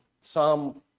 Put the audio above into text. Psalm